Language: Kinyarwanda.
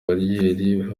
bariyeri